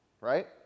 right